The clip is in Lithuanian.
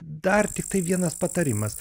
dar tiktai vienas patarimas